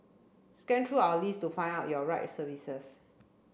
scan through our list to find out your right services